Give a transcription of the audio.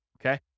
Okay